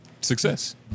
success